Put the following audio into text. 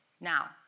now